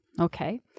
Okay